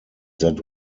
that